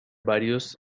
varios